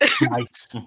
Nice